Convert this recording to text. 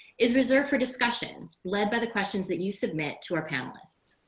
is reserved for discussion, led by the questions that you submit to our panelists.